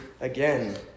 again